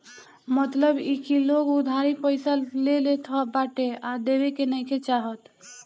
मतलब इ की लोग उधारी पईसा ले लेत बाटे आ देवे के नइखे चाहत